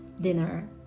dinner